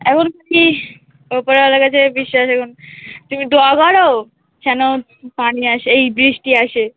এখন খালি ওপরওয়ালার কাছে বিশ্বাস এখন তুমি দোয়া করো যেন পানি আসে এই বৃষ্টি আসে